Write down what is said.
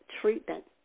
treatment